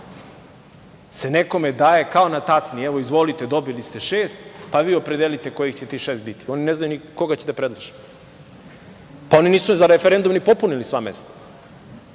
se nekome daje kao na tacni - izvolite, dobili ste šest, a vi opredelite kojih će to šest biti. Oni ne znaju ni koga će da predlože. Oni nisu za referendum ni popunili sva mesta.